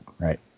right